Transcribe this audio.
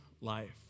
life